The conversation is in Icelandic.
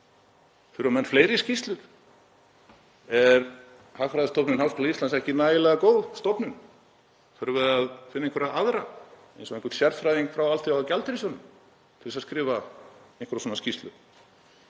Þurfa menn fleiri skýrslur? Er Hagfræðistofnun Háskóla Íslands ekki nægilega góð stofnun? Þurfum við að finna einhverja aðra, eins og einhvern sérfræðing frá Alþjóðagjaldeyrissjóðnum, til að skrifa einhverja svona skýrslu?